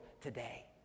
today